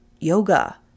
yoga